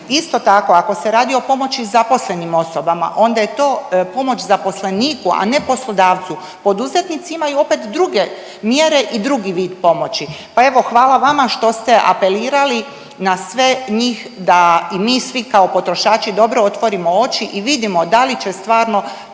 Isto tako ako se radi o pomoći zaposlenim osobama onda je to pomoć zaposlenik, a ne poslodavcu. Poduzetnici imaju opet druge mjere i drugi vid pomoći. Pa evo hvala vama što ste apelirali na sve njih da i mi svi kao potrošači dobro otvorimo oči i vidimo da li će stvarno